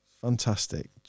Fantastic